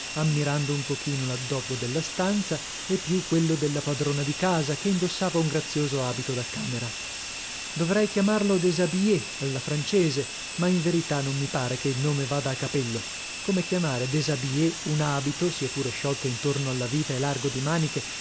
ammirando un pochino l'addobbo della stanza e più quello della padrona di casa che indossava un grazioso abito da camera dovrei chiamarlo déshabillé alla francese ma in verità non mi pare che il nome vada a capello come chiamare déshabillé un abito sia pur sciolto intorno alla vita e largo di maniche